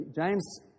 James